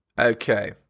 Okay